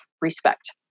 respect